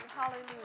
Hallelujah